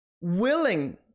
willing